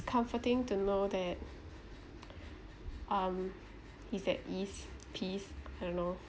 comforting to know that um he's at ease peace I don't know